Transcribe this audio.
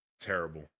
Terrible